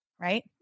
right